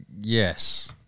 Yes